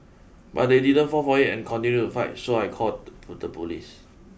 but they didn't fall for it and continued to fight so I called the the police